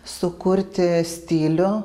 sukurti stilių